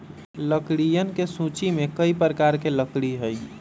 लकड़ियन के सूची में कई प्रकार के लकड़ी हई